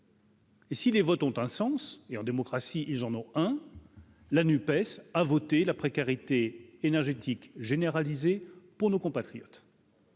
Et si les votes ont un sens et en démocratie, ils en ont, hein, la NUPES a voté la précarité énergétique généralisé pour nos compatriotes